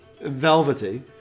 Velvety